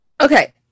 Okay